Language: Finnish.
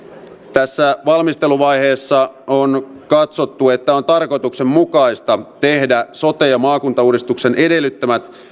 tässä valmisteluvaiheessa on katsottu että on tarkoituksenmukaista tehdä sote ja maakuntauudistuksen edellyttämät